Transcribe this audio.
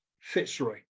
fitzroy